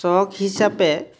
চখ হিচাপে